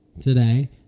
today